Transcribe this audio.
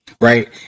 right